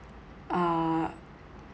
uh